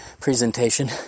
presentation